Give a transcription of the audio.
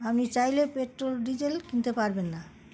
আপনি চাইলে petrol diesel কিনতে পারবেন না